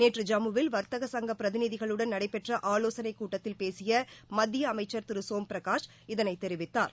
நேற்று ஜம்மு வில் வாத்தக சங்க பிரதிநிதிகளுடன் நடைபெற்ற ஆலோசனைக் கூட்டத்தில் பேசிய மத்திய அமைச்சர் திரு சோம் பிரகாஷ் இதனைத் தெரிவித்தார்